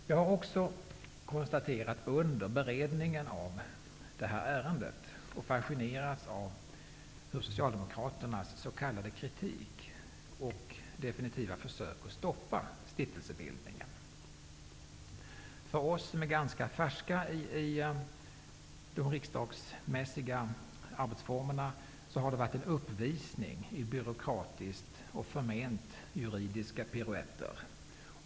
Jag har också under beredningen av detta ärende konstaterat och fascinerats av Socialdemokraternas s.k. kritik och definitiva försök att stoppa stiftelsebildningen. För oss som är ganska färska i de riksdagsmässiga arbetsformerna har det varit en uppvisning i byråkratiskt och förment juridiska piruetter.